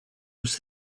was